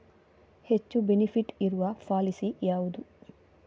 ಹೆಚ್ಚು ಬೆನಿಫಿಟ್ ಇರುವ ಪಾಲಿಸಿ ಯಾವುದು?